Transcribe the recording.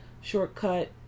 shortcut